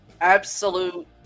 Absolute